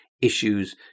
issues